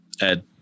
Ed